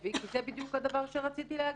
כי זה בדיוק הדבר שרציתי להגיד,